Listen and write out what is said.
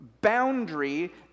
boundary